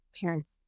parents